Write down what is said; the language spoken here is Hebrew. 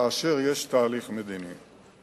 כאשר יש תהליך מדיני.